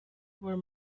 were